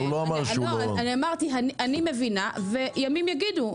אני מבינה וימים יגידו,